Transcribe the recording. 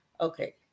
Okay